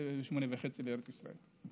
ומשהו, שמונה וחצי, לארץ ישראל.